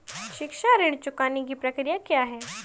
शिक्षा ऋण चुकाने की प्रक्रिया क्या है?